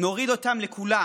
נוריד אותם לכולם.